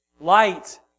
Light